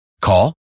Call